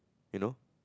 you know